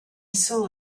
saw